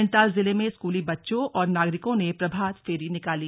नैनीताल जिले में स्कूली बच्चों और नागरिकों ने प्रभात फेरी निकाली